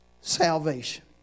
salvation